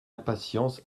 impatience